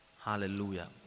Hallelujah